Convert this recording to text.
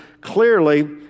clearly